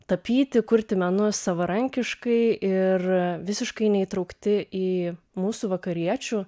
tapyti kurti menus savarankiškai ir visiškai neįtraukti į mūsų vakariečių